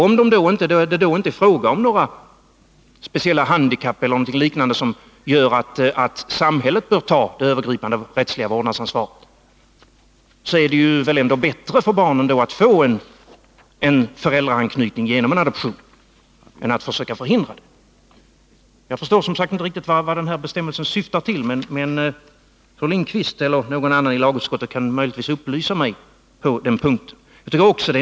Om det då inte är fråga om speciella handikapp eller någonting liknande som gör att samhället bör ta det övergripande rättsliga vårdnadsansvaret, är det väl ändå bättre för barnet att få en föräldraanknytning genom adoption än att en sådan förhindras. Kan fru Lindquist eller någon annan i lagutskottet möjligtvis upplysa mig om vad den nya bestämmelsen syftar till?